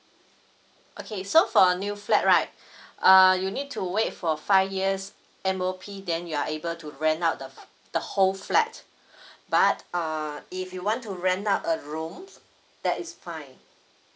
okay so for a new flat right err you need to wait for five years M_O_P then you are able to rent out the whole flat but err if you want to rent a room that is fine